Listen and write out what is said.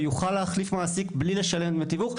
ויוכל להחליף מעסיק מבלי לשלם דמי תיווך.